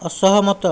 ଅସହମତ